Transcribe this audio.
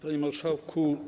Panie Marszałku!